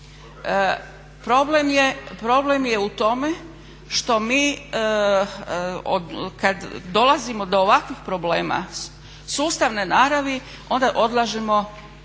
Problem je u tome što mi kad dolazimo do ovakvih problema sustavne naravi onda odlažemo započeti